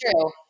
true